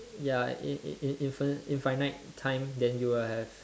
ya in in in in infinite time then you will have